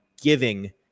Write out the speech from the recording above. giving